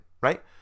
right